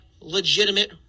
legitimate